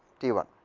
t one